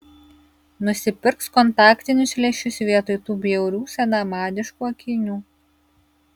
nusipirks kontaktinius lęšius vietoj tų bjaurių senamadiškų akinių